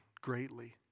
greatly